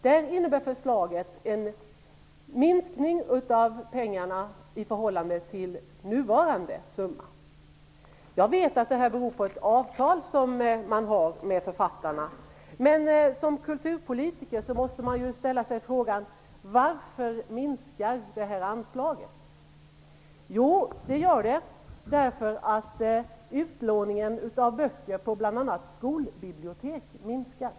Förslaget innebär en minskning av detta anslag i förhållande till nuvarande summa. Jag vet att detta beror på ett avtal med författarna, men som kulturpolitiker måste man fråga sig varför anslaget minskar. Jo, anslaget minskar därför att utlåningen av böcker på bl.a. skolbibliotek minskar.